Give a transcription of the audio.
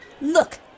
Look